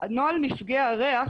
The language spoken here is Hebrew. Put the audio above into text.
נוהל מפגעי הריח